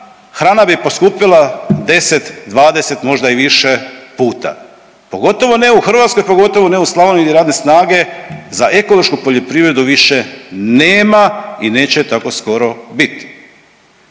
hrana bi poskupila 10-20, možda i više puta, pogotovo ne u Hrvatskoj, pogotovo ne u Slavoniji gdje radne snage za ekološku poljoprivredu više nema i neće je tako skoro biti.